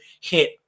hit